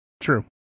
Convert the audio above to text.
True